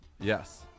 Yes